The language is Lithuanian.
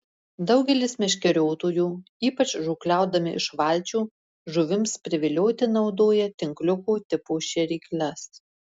daugelis meškeriotojų ypač žūklaudami iš valčių žuvims privilioti naudoja tinkliuko tipo šėrykles